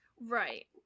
Right